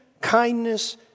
kindness